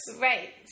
Right